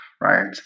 right